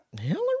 Hillary